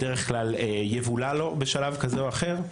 בדרך כלל יבלע להם בשלב כזה או אחר,